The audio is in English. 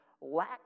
lack